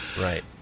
Right